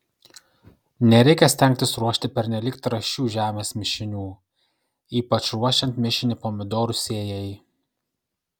nereikia stengtis ruošti pernelyg trąšių žemės mišinių ypač ruošiant mišinį pomidorų sėjai